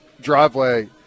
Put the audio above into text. driveway